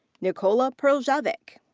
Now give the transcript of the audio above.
nikola prljevic.